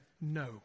no